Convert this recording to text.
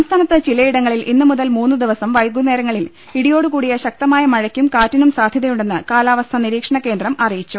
സംസ്ഥാനത്ത് ചിലയിടങ്ങളിൽ ഇന്ന് മുതൽ മൂന്നുദിവസം വൈകുന്നേരങ്ങളിൽ ഇടിയോടുകൂടിയ ശക്തമായ മഴയ്ക്കും കാറ്റിനും സാധ്യതയുണ്ടെന്ന് കാലാവസ്ഥാ നിരീക്ഷണകേന്ദ്രം അറിയിച്ചു